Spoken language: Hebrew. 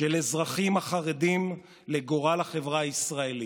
הארכה של הוראת שעה בת עשר שנים.